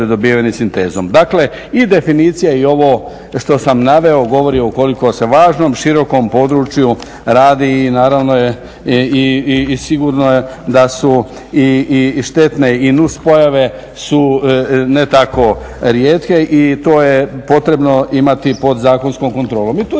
dobiveni sintezom. Dakle i definicija i ovo što sam naveo govori o koliko se važnom i širokom području radi i naravno je i sigurno je da su i štetne i nuspojave su ne tako rijetke i to je potrebno imati pod zakonskom kontrolom.